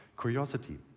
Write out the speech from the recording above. curiosity